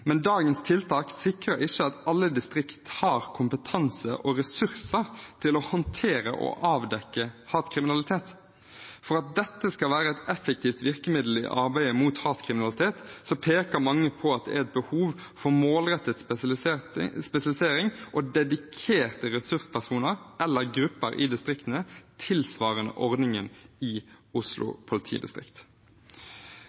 men dagens tiltak sikrer ikke at alle distrikt har kompetanse og ressurser til å håndtere og avdekke hatkriminalitet. For at dette skal være et effektivt virkemiddel i arbeidet mot hatkriminalitet, peker mange på at det er et behov for målrettet spesialisering og dedikerte ressurspersoner eller grupper i distriktene, tilsvarende ordningen i Oslo